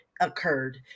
occurred